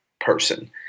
person